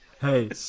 Hey